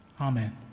Amen